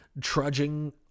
trudging